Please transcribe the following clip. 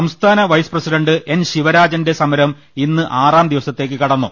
സംസ്ഥാന vice president N ശിവരാജന്റെ സമരം ഇന്ന് ആറാം ദിവസത്തിലേക്ക് കടന്നു